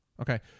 Okay